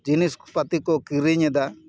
ᱡᱤᱱᱤᱥ ᱯᱟᱛᱤ ᱠᱚ ᱠᱤᱨᱤᱧ ᱮᱫᱟ